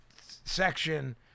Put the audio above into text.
section